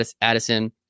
Addison